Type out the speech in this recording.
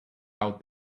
out